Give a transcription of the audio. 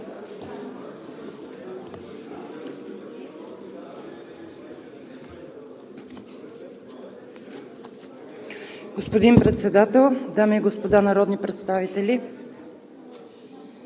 Господин Председател, дами и господа народни представители!